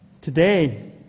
today